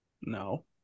No